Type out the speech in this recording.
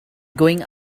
going